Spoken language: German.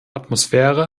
atmosphäre